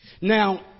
Now